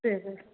சரி சரி